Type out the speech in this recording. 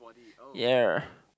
ya